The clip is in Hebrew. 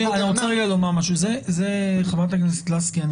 ח"כ לסקי,